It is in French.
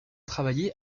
travaillé